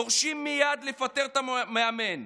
דורשים מייד לפטר את המאמן.